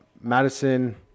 Madison